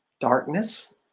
darkness